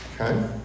Okay